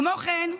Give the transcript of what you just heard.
כמו כן,